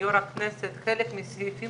שמעדיפים